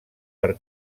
per